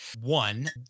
one